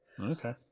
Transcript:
Okay